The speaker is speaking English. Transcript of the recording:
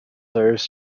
serves